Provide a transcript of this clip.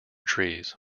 trees